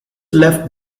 left